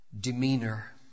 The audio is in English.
demeanor